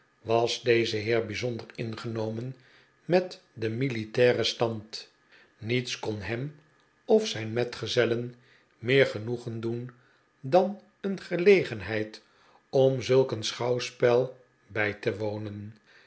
was deze heer bijzonder ingenomen met den militairen stand niets kon hem of zijn metgezellen meer genoegen doen dan een gelegenheid om zulk een schouwspel bij te wonen